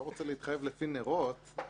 אנחנו לא בסעיף של זיהוי פנים מול פנים.